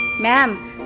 Ma'am